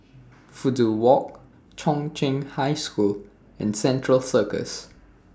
Fudu Walk Chung Cheng High School and Central Circus